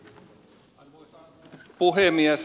arvoisa puhemies